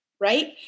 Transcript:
right